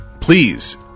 Please